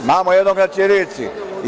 Imamo jednog na ćirilici.